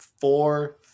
four